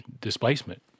displacement